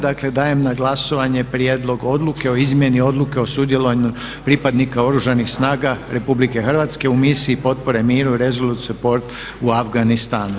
Dakle, dajem na glasovanje Prijedlog odluke o izmjeni odluke o sudjelovanju pripadnik Oružanih snaga RH u misiji potpore miru „Resolute support“ u Afganistanu.